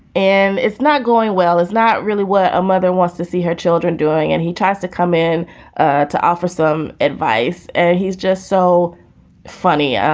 and it's not going well is not really what a mother wants to see her children doing. and he tries to come in ah to offer some advice. and he's just so funny. um